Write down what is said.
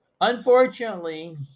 Unfortunately